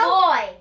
boy